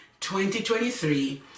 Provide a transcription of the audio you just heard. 2023